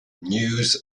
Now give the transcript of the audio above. news